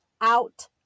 out